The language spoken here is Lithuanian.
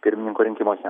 pirmininko rinkimuose